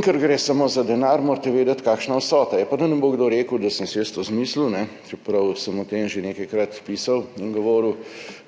Ker gre samo za denar, morate vedeti, kakšna vsota je. Pa da ne bo kdo rekel, da sem si jaz to izmislil, čeprav sem o tem že nekajkrat pisal in govoril.